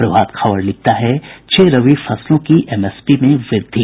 प्रभात खबर लिखता है छह रबी फसलों की एमएसपी में वृद्धि